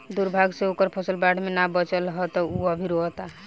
दुर्भाग्य से ओकर फसल बाढ़ में ना बाचल ह त उ अभी रोओता